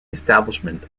establishment